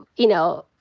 you know,